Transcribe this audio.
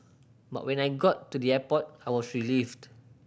but when I got to the airport I was relieved